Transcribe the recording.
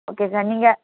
okay sir நீங்கள்